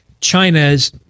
china's